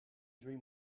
dream